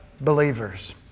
believers